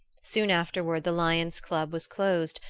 soon afterward the lions' club was closed,